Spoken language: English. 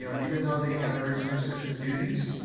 you know even though they have very specific duties,